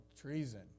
treason